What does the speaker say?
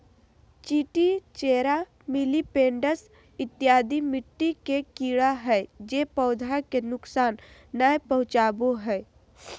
चींटी, चेरा, मिलिपैड्स इत्यादि मिट्टी के कीड़ा हय जे पौधा के नुकसान नय पहुंचाबो हय